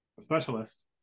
specialist